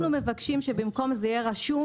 לצורך העניין -- אנחנו מבקשים שבמקום זה יהיה רשום